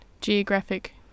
geographic